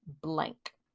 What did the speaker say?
blank